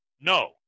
No